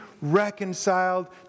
reconciled